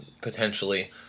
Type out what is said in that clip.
potentially